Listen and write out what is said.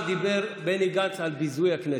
כרגע דיבר בני גנץ על ביזוי הכנסת.